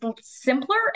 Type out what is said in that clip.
simpler